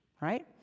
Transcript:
right